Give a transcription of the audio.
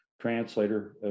translator